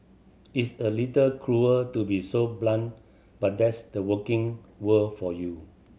it's a little cruel to be so blunt but that's the working world for you